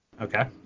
okay